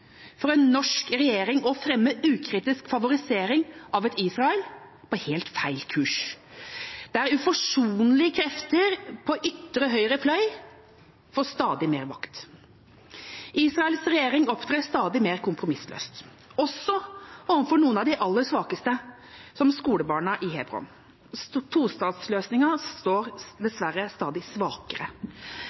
for en norsk regjering å fremme ukritisk favorisering på, av et Israel på helt feil kurs, der uforsonlige krefter på ytre høyre fløy får stadig mer makt. Israels regjering opptrer stadig mer kompromissløst, også overfor noen av de aller svakeste, som skolebarna i Hebron. Tostatsløsningen står dessverre stadig svakere.